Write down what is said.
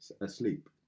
asleep